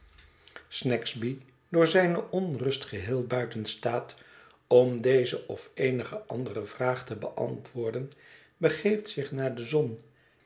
snagsby door zijne onrust geheel buiten staat om deze of eenige andere vraag te beantwoorden begeeft zich naar do zon